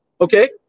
Okay